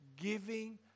giving